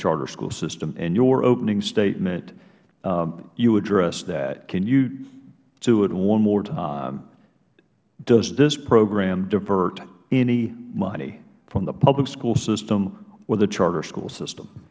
charter school system in your opening statement you addressed that can you do it one more time does this program divert any money from the public school system or the charter school system